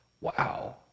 Wow